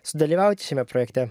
sudalyvauti šiame projekte